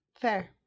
Fair